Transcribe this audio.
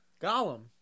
Gollum